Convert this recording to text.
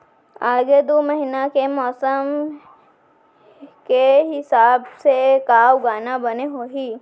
आगे दू महीना के मौसम के हिसाब से का उगाना बने होही?